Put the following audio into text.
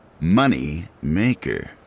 Moneymaker